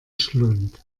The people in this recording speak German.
schlund